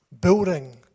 building